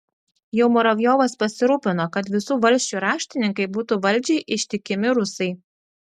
jau muravjovas pasirūpino kad visų valsčių raštininkai būtų valdžiai ištikimi rusai